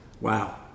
Wow